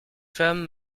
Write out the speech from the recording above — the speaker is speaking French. femmes